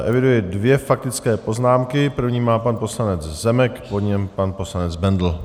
Eviduji dvě faktické poznámky první má pan poslanec Zemek, po něm pan poslanec Bendl.